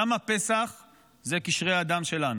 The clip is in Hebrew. דם הפסח הוא קשרי הדם שלנו,